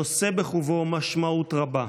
נושא בחובו משמעות רבה.